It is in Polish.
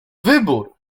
wybór